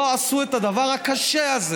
לא עשו את הדבר הקשה הזה.